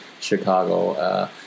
Chicago